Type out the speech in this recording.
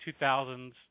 2000s